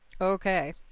Okay